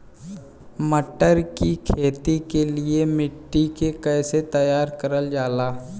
मटर की खेती के लिए मिट्टी के कैसे तैयार करल जाला?